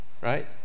right